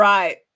Right